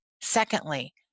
Secondly